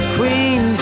Queen